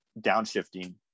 downshifting